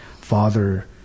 father